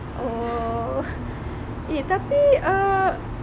oh eh tapi uh